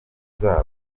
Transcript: zabo